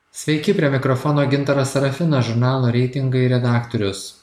sveiki prie mikrofono gintaras serafinas žurnalo reitingai redaktorius